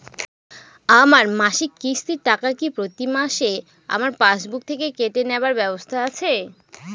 আমার মাসিক কিস্তির টাকা কি প্রতিমাসে আমার পাসবুক থেকে কেটে নেবার ব্যবস্থা আছে?